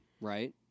right